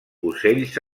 ocells